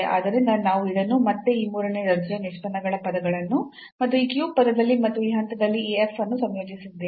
ಆದ್ದರಿಂದ ನಾವು ಇದನ್ನು ಮತ್ತೆ ಈ ಮೂರನೇ ದರ್ಜೆಯ ನಿಷ್ಪನ್ನಗಳ ಪದಗಳನ್ನು ಮತ್ತು ಈ ಕ್ಯೂಬ್ ಪದದಲ್ಲಿ ಮತ್ತು ಈ ಹಂತದಲ್ಲಿ ಈ f ಅನ್ನು ಸಂಯೋಜಿಸಿದ್ದೇವೆ